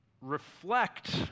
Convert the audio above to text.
reflect